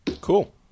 Cool